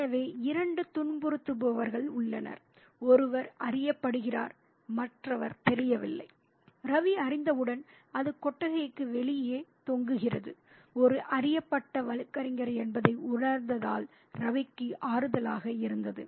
எனவே இரண்டு துன்புறுத்துபவர்கள் உள்ளனர் ஒருவர் அறியப்படுகிறார் மற்றவர் தெரியவில்லை ரவி அறிந்தவுடன் அது கொட்டகைக்கு வெளியே தொங்குகிறது ஒரு அறியப்பட்ட வழக்கறிஞர் என்பதை உணர்ந்ததால் ரவிக்கு ஆறுதலாக இருந்தது